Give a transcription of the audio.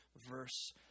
verse